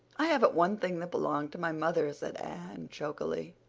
i haven't one thing that belonged to my mother, said anne, chokily.